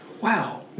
wow